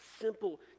simple